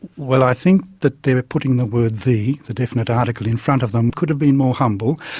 well i think that they're putting the word the, the definite article, in front of them, could have been more humble.